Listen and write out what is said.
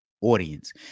audience